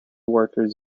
workers